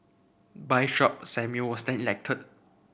Bishop Samuel was then elected